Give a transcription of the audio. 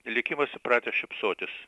likimas įpratęs šypsotis